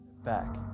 Back